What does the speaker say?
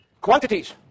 quantities